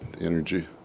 energy